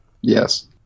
Yes